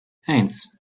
eins